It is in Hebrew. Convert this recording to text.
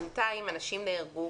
בינתיים אנשים נהרגו,